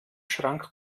schrank